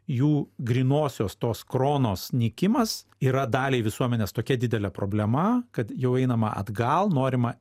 jų grynosios tos kronos nykimas yra daliai visuomenės tokia didelė problema kad jau einama atgal norima